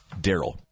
Daryl